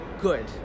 good